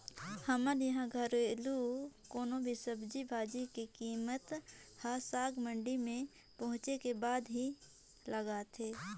हमर इहां घरेलु कोनो भी सब्जी भाजी के कीमेत हर साग मंडी में पहुंचे के बादे में लगथे